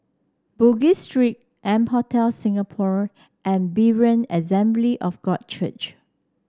Bugis Street M Hotel Singapore and Berean Assembly of God Church